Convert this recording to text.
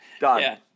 Done